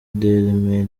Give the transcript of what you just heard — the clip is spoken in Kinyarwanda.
dailymail